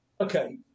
Okay